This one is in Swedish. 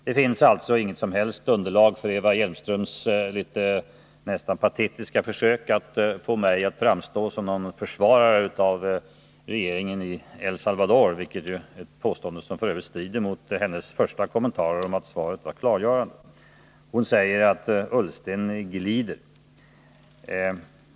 Det finns alltså inte något som helst underlag för Eva Hjelmströms litet nästan patetiska försök att få mig att framstå som någon försvarare av regeringen i El Salvador, ett försök som f. ö. strider mot hennes tidigare kommentarer att svaret var klargörande. Eva Hjelmström säger att Ullsten ”glider”.